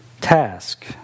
task